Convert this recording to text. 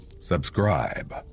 subscribe